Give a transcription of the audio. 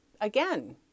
again